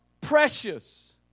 precious